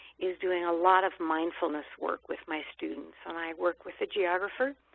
is doing a lot of mindfulness work with my students and i work with a geographer.